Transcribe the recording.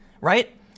right